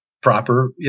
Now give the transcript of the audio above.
proper